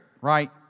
right